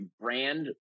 brand